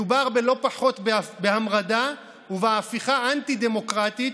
מדובר בלא פחות מהמרדה והפיכה אנטי-דמוקרטית